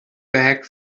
back